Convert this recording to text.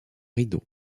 rideau